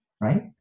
right